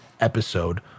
episode